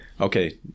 Okay